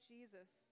Jesus